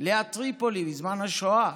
ליד טריפולי בזמן השואה